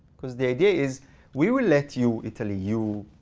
because the idea is we will let you, italy, you